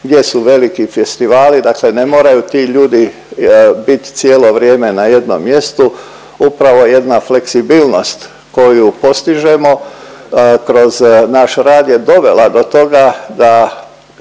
gdje su veliki festivali, dakle ne moraju ti ljudi bit cijelo vrijeme na jednom mjestu. Upravo jedna fleksibilnost koju postižemo kroz naš rad je dovela do toga da